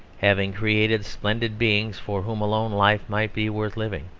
having created splendid beings for whom alone life might be worth living,